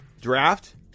draft